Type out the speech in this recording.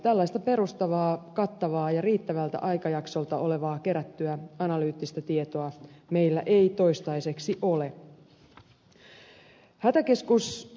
tällaista perustavaa kattavaa ja riittävältä aikajaksolta olevaa kerättyä analyyttista tietoa meillä ei toistaiseksi ole